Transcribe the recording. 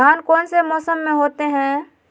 धान कौन सा मौसम में होते है?